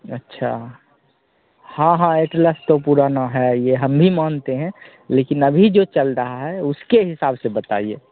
अच्छा हाँ हाँ एटलस तो पुराना है यह हम भी मानते हैं लेकिन अभी जो चल रही है उसके हिसाब से बताइए